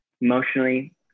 emotionally